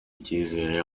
icyizere